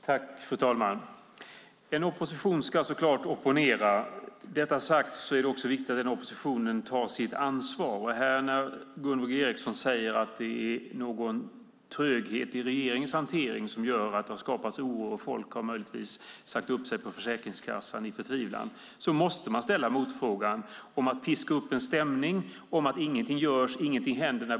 Fru talman! En opposition ska så klart opponera. Med detta sagt är det också viktigt att oppositionen tar sitt ansvar. När Gunvor G Ericson här talar om en tröghet i regeringens hantering som gör att det har skapats oro och att folk på Försäkringskassan möjligtvis i förtvivlan sagt upp sig måste man ställa en motfråga om att piska upp en stämning och om att ingenting görs, om att ingenting händer.